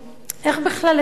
איך בכלל אפשר